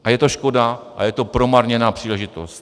A je to škoda a je to promarněná příležitost.